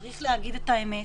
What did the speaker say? צריך להגיד את האמת.